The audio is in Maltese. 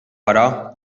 wara